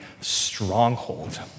stronghold